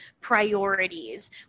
priorities